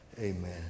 Amen